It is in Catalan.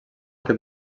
que